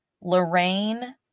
Lorraine